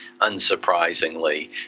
unsurprisingly